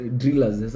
drillers